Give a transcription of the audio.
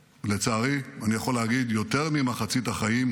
לצערי, אני יכול להגיד יותר ממחצית החיים,